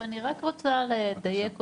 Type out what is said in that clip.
יריב אני רק רוצה לדייק אותך.